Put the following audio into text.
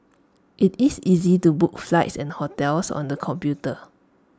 IT is easy to book flights and hotels on the computer